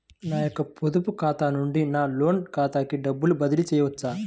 నా యొక్క పొదుపు ఖాతా నుండి నా లోన్ ఖాతాకి డబ్బులు బదిలీ చేయవచ్చా?